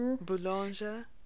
Boulanger